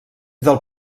del